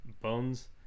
bones